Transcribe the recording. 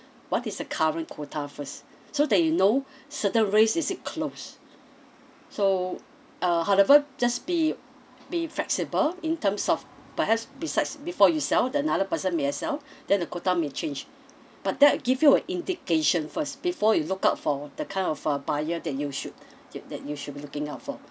what is the current quota first so that you know certain race is it closed so uh however just be be flexible in terms of perhaps besides before you sell the another person may uh sell then the quota may change but that give you an indication first before you look out for the kind of uh buyer that you should you that you should be looking out for